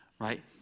right